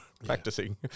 practicing